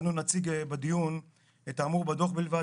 אנו נציג בדיון את האמור בדו"ח בלבד.